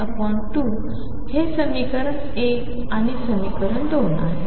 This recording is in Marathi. हे समीकरण 1 हे समीकरण 2 आहे